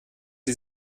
sie